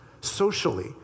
socially